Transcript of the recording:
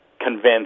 convinced